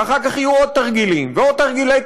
ואחר כך יהיו עוד תרגילים ועוד תרגילי-תרגילים,